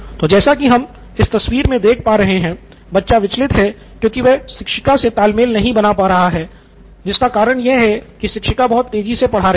तो जैसा की हम तस्वीर मे देख पा रहे हैं बच्चा विचलित है क्योंकि वह शिक्षिका से तालमेल नहीं बना पा रहा है जिसका कारण यह है की शिक्षिका बहुत तेजी से पढ़ा रही है